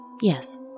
Yes